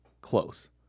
close